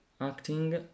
acting